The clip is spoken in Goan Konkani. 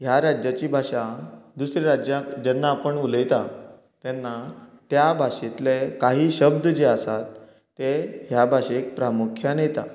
ह्या राज्याची भाशा दुसऱ्या राज्याक जेन्ना आपण उलयता तेन्ना त्या भाशेंतले काही शब्द जे आसात तें ह्या भाशेंत प्रामुख्यान येता